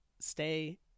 stay